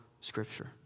Scripture